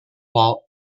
wall